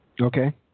Okay